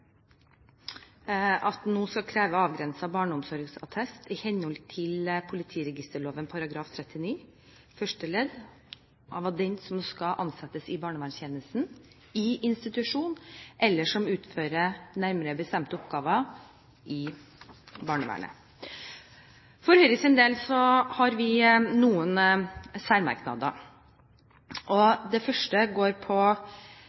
at en nå skal kreve avgrenset barneomsorgsattest i henhold til politiregisterloven § 39 første ledd av den som skal ansettes i barnevernstjenesten, i institusjon, eller som utfører nærmere bestemte oppgaver i barnevernet. For Høyres del har vi noen særmerknader. Den første går på